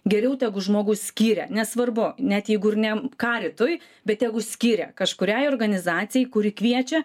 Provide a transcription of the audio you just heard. geriau tegu žmogus skyrė nesvarbu net jeigu ir ne karitui bet tegu skiria kažkuriai organizacijai kuri kviečia